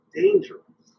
dangerous